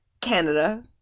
Canada